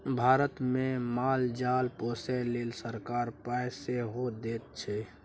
भारतमे माल जाल पोसय लेल सरकार पाय सेहो दैत छै